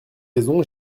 raisons